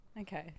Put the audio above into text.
Okay